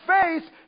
faith